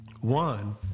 One